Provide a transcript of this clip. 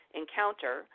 encounter